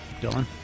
Dylan